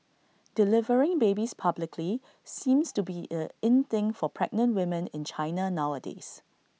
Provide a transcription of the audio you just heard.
delivering babies publicly seems to be A in thing for pregnant women in China nowadays